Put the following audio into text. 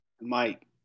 Mike